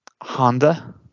Honda